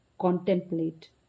contemplate